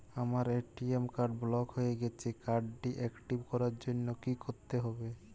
আমার ATM card block হয়ে গেছে কার্ড টি একটিভ করার জন্যে কি করতে হবে?